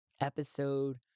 episode